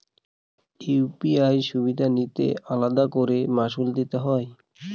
UPI সুবিধা নিলে আলাদা করে মাসুল দিতে হয়?